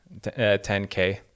10k